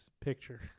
picture